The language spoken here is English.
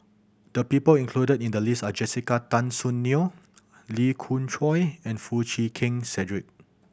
the people included in the list are Jessica Tan Soon Neo Lee Khoon Choy and Foo Chee Keng Cedric